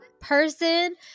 person